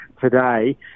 today